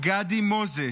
גדי מוזס,